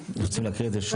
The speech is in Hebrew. רוצים להקריא את זה שוב?